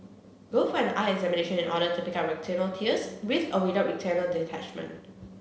go for an eye examination in order to pick up retinal tears with or without retinal detachment